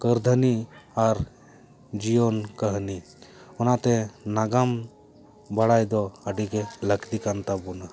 ᱠᱟᱹᱨᱫᱷᱟᱱᱤ ᱟᱨ ᱡᱤᱭᱚᱱ ᱠᱟᱹᱦᱱᱤ ᱚᱱᱟᱛᱮ ᱱᱟᱜᱟᱢ ᱵᱟᱲᱟᱭ ᱫᱚ ᱟᱹᱰᱤᱜᱮ ᱞᱟᱹᱠᱛᱤ ᱠᱟᱱ ᱛᱟᱵᱚᱱᱟ